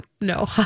No